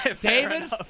David